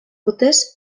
urtez